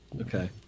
Okay